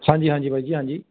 ਹਾਂਜੀ ਹਾਂਜੀ ਬਾਈ ਜੀ ਹਾਂਜੀ